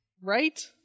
right